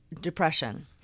Depression –